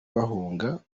bahunga